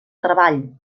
treball